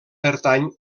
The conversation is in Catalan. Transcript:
pertany